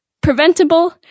preventable